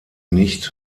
nicht